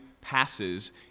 passes